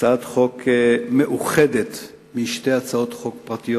הצעת חוק מאוחדת משתי הצעות חוק פרטיות